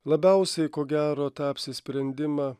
labiausiai ko gero tą apsisprendimą